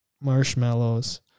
Marshmallows